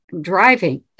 driving